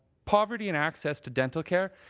poverty and access to dental care,